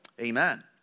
Amen